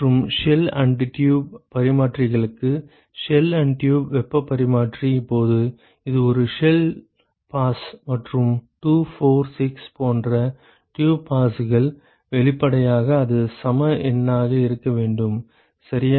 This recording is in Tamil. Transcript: மற்றும் ஷெல் அண்ட் டியூப் பரிமாற்றிகளுக்கு ஷெல் அண்ட் டியூப் வெப்பப் பரிமாற்றிக்கு இப்போது இது ஒரு ஷெல் பாஸ் மற்றும் 2 4 6 போன்ற டியூப் பாஸ்கள் வெளிப்படையாக அது சம எண்ணாக இருக்க வேண்டும் சரியா